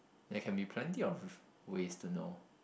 there can be plenty of ways to know